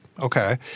Okay